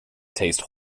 taste